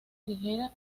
ligera